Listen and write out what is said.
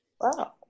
Wow